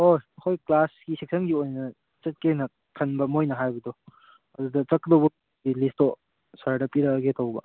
ꯍꯣꯏ ꯑꯩꯈꯣꯏ ꯀ꯭ꯂꯥꯁꯀꯤ ꯁꯦꯛꯁꯟꯒꯤ ꯑꯣꯏꯅ ꯆꯠꯀꯦꯅ ꯈꯟꯕ ꯃꯈꯣꯏꯅ ꯍꯥꯏꯕꯗꯣ ꯑꯗꯨꯗ ꯆꯠꯀꯗꯧꯕꯒꯤ ꯂꯤꯁꯇꯣ ꯁꯥꯔꯗ ꯄꯤꯔꯛꯂꯒꯦ ꯇꯧꯕ